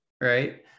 right